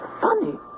funny